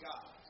God